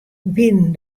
wiene